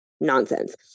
nonsense